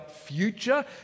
future